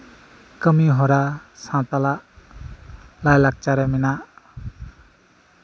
ᱠᱟᱹᱢᱤᱦᱚᱨᱟ ᱥᱟᱱᱛᱟᱲᱟᱜ ᱞᱟᱭ ᱞᱟᱠᱪᱟᱨ ᱨᱮ ᱢᱮᱱᱟᱜᱼᱟ